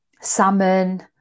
salmon